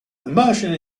immersion